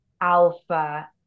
alpha